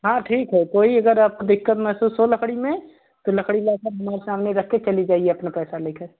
हाँ ठीक है कोई अगर आपको दिक्कत महसूस हो लकड़ी में तो लकड़ी ला कर हमारे सामने रख कर चली जाइए अपना पैसा ले कर